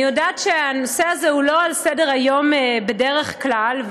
אני יודעת שהנושא הזה איננו על סדר-היום בדרך כלל,